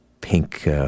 pink